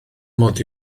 mod